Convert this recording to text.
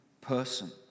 person